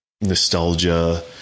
nostalgia